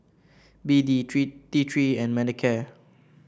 B D three T Three and Manicare